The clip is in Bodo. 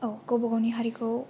औ गावबा गावनि हारिखौ